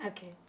Okay